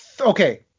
Okay